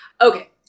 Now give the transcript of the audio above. Okay